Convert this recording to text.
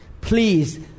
Please